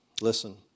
listen